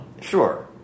sure